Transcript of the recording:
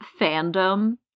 fandom